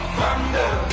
thunder